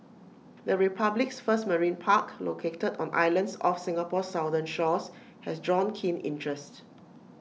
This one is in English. the republic's first marine park located on islands off Singapore's southern shores has drawn keen interest